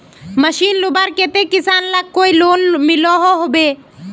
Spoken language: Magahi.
मशीन लुबार केते किसान लाक कोई लोन मिलोहो होबे?